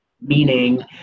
Meaning